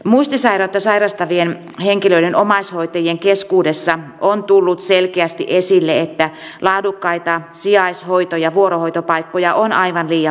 muistisairautta sairastavien henkilöiden omaishoitajien keskuudessa on tullut selkeästi esille että laadukkaita sijaishoito ja vuorohoitopaikkoja on aivan liian vähän